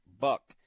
buck